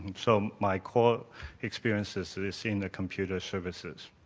so, my core experience is and is in the computer services,